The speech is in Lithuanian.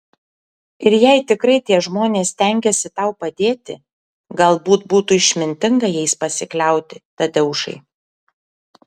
ir jei tikrai tie žmonės stengiasi tau padėti galbūt būtų išmintinga jais pasikliauti tadeušai